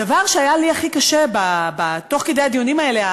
הדבר שהיה לי הכי קשה תוך כדי הדיונים האלה,